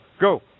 Go